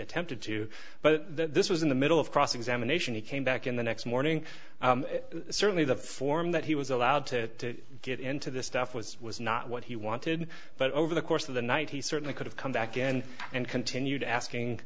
attempted to but this was in the middle of cross examination he came back in the next morning certainly the form that he was allowed to get into this stuff was was not what he wanted but over the course of the night he certainly could have come back again and continued asking